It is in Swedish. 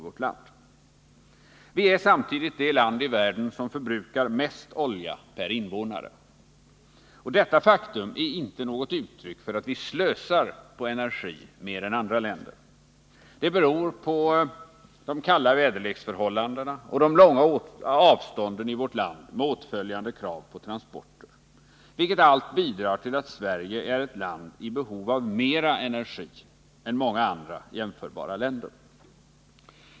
Vi är samtidigt det land i världen som förbrukar mest olja per invånare, och detta faktum är inte ett uttryck för att vi slösar med energi mer än andra länder. Det beror på de kalla väderleksförhållandena och de långa avstånden i vårt land med åtföljande krav på transporter, vilket allt bidrar till att Sverige är i behov av mer energi än många andra jämförbara länder.